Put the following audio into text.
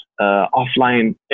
offline